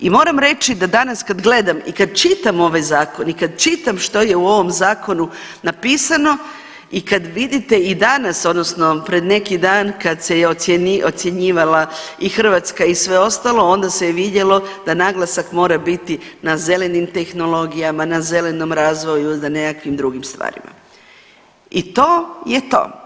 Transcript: I moram reći da danas kad gledam i kad čitam ovaj zakon i kad čitam što je u ovom zakonu napisano i kad vidite i danas odnosno pred neki dan kad se je ocjenjivala i Hrvatska i sve ostalo onda se je vidjelo da naglasak mora biti na zelenim tehnologijama, na zelenom razvoju i na nekakvim drugim stvarima i to je to.